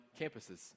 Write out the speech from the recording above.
campuses